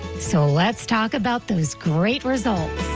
so let's talk about those great result